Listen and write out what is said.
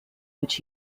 which